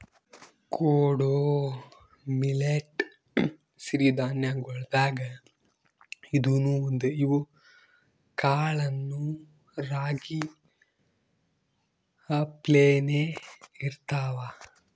ಕೊಡೊ ಮಿಲ್ಲೆಟ್ ಸಿರಿ ಧಾನ್ಯಗೊಳ್ದಾಗ್ ಇದೂನು ಒಂದು, ಇವ್ ಕಾಳನೂ ರಾಗಿ ಅಪ್ಲೇನೇ ಇರ್ತಾವ